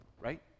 Right